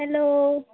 hello